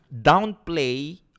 downplay